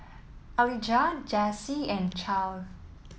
Elijah Jase and Charle